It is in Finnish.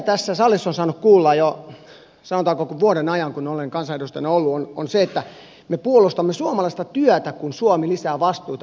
tässä salissa on usein saanut kuulla jo sanotaan koko vuoden ajan kun olen kansanedustajana ollut että me puolustamme suomalaista työtä kun suomi lisää vastuita eurooppaan